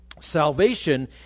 Salvation